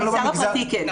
במגזר הפרטי כן.